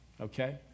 okay